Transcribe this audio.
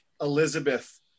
Elizabeth